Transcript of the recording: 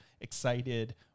excited